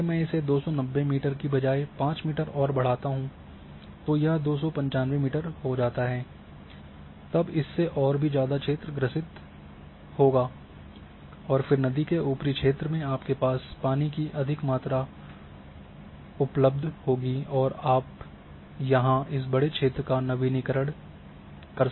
अगर मैं इसे 290 मीटर के बजाय 5 मीटर और बढ़ता हूँ तो यह 295 मीटर हो जाता है तब इससे और भी ज़्यादा क्षेत्र ग्रसित होगा है और फिर नदी के ऊपरी क्षेत्र में आपके पास पानी की अधिक मात्रा में उपलब्ध है और अब यहाँ इस बड़े क्षेत्र का नवीनीकरण हो जाएगा